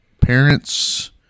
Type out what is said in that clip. parents